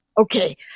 Okay